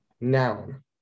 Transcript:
noun